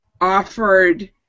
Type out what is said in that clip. offered